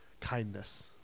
kindness